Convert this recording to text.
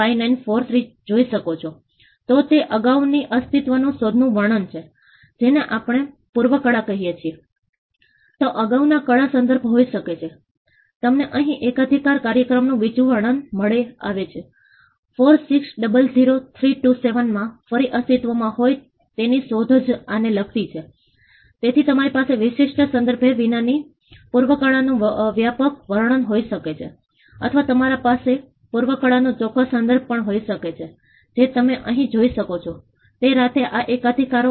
અને આખરે તમે જોઈ શકો છો કે તેઓ કોર એક્શન કમ્યુનિટિ ચૌલ સમિતિઓ કમ્યુનિટિ સ્વયંસેવકો પણ વિકાસ કરે છે તેઓ મ્યુનિસિપલ કોર્પોરેશનો નાગરિક સંરક્ષણ NGO અને સંશોધનકારો અને શૈક્ષણિક સંસ્થાઓ પાસેથી પણ મદદ માંગે છે પ્રાધાન્યતા ક્ષેત્રોમાં શું છે તે પ્રાથમિકતા છે અને દૂરસ્થ પ્રાધાન્યતા